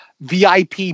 VIP